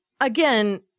Again